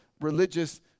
religious